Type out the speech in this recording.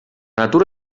natura